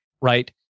right